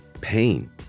pain